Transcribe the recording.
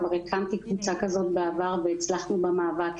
כבר הקמתי קבוצה כזאת בעבר והצלחנו במאבק,